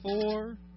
four